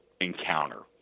encounter